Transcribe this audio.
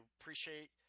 appreciate